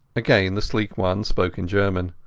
again the sleek one spoke in german.